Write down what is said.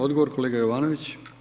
Odgovor kolega Jovanović.